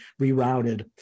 rerouted